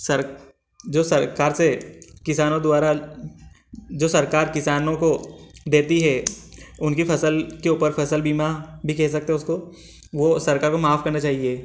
सरक जो सरकार से किसानों द्वारा जो सरकार किसानों को देती है उनकी फसल के ऊपर फसल बीमा भी कह सकते उसको वह सरकार को माफ़ करना चाहिए